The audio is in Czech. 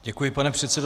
Děkuji, pane předsedo.